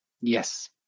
yes